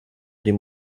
dem